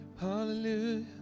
Hallelujah